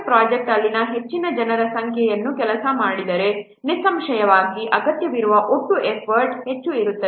project ಅಲ್ಲಿ ಹೆಚ್ಚಿನ ಸಂಖ್ಯೆಯ ಜನರು ಕೆಲಸ ಮಾಡಿದರೆ ನಿಸ್ಸಂಶಯವಾಗಿ ಅಗತ್ಯವಿರುವ ಒಟ್ಟು ಎಫರ್ಟ್ ಹೆಚ್ಚು ಇರುತ್ತದೆ